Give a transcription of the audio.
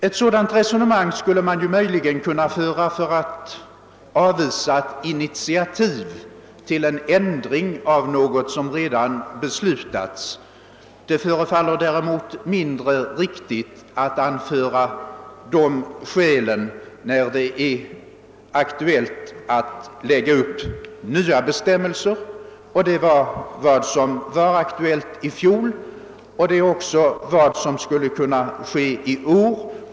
Ett sådant resonemang skulle man möjligen kunna föra för att avvisa initiativ till en ändring av något som redan beslutats. Det förefaller däremot mindre riktigt att anföra dessa skäl när det är aktuellt att utarbeta nya bestämmelser. Det var detta som var aktuellt i fjol och det är också vad som skulle kunna ske i år.